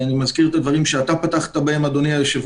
אני מזכיר את הדברים שאמרת אדוני היושב